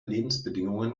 lebensbedingungen